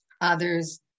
others